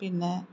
പിന്നെ